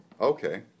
Okay